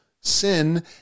sin